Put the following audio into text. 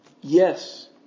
Yes